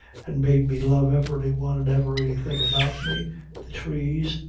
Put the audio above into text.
and made me love every one and everything about me the trees,